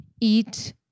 eat